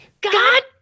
God